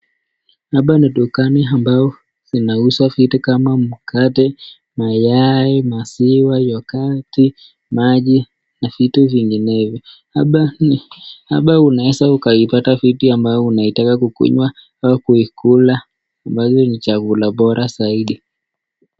Hapa ni dukani ambao zinauzwa vitu kama mkate, mayai, maziwa ,yoghati, maji na vitu vinginevyo. Hapa unaweza kuipata vitu ambazo unataka kuikunywa au kuikula ambavyo ni chakula bora zaidi.